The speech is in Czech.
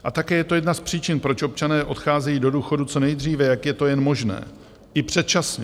A také je to jedna z příčin, proč občané odcházejí do důchodu co nejdříve, jak je to jen možné, i předčasně.